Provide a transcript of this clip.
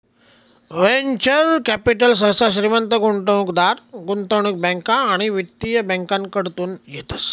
venture capital सहसा श्रीमंत गुंतवणूकदार, गुंतवणूक बँका आणि वित्तीय बँकाकडतून येतस